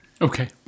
okay